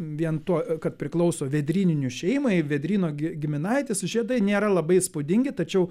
vien tuo kad priklauso vėdryninių šeimai vėdryno gi giminaitis žiedai nėra labai įspūdingi tačiau